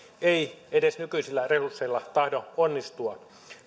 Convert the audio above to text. ei edes nykyisillä resursseilla tahdo onnistua